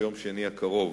ביום שני הקרוב.